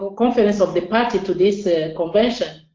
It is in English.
ah conference of the party to this ah convention